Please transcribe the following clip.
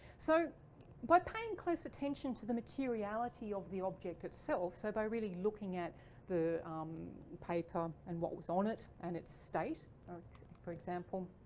so by paying close attention to the materiality of the object itself. so by really looking at the um paper and what was on it and it's state for example.